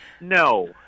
No